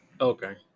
Okay